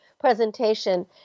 presentation